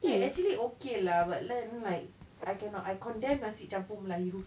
!hey! actually okay lah but then like I cannot I condemn nasi campur melayu